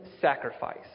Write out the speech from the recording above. sacrifice